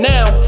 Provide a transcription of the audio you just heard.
Now